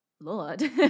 lord